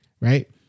right